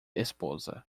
esposa